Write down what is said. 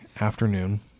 afternoon